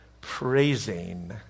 praising